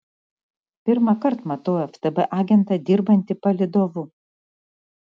pirmąkart matau ftb agentą dirbantį palydovu